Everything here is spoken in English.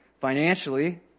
financially